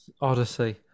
Odyssey